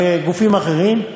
אבל לגופים אחרים,